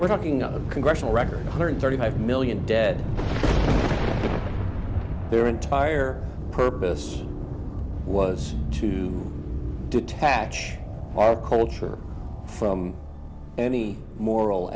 we're talking of congressional record one hundred thirty five million dead their entire purpose was to detach our culture from any moral